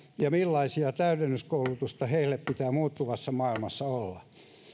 ja millaista täydennyskoulutusta heille pitää muuttuvassa maailmassa olla